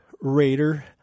Raider